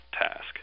task